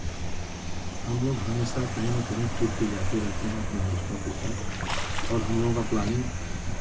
हमलोग हमेशा कहीं न कहीं ट्रिप पर जाते रहते हैं अपने दोस्तों के साथ और हमलोगों का प्लैनिंग